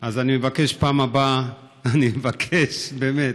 אז אני מבקש פעם הבאה, אני מבקש, באמת,